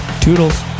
Toodles